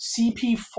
CP4